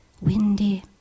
windy